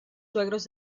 suegros